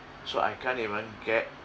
so I can't even get